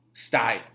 Style